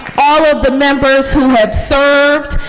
all of the members who have served.